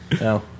No